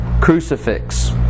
crucifix